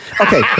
okay